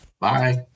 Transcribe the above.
Bye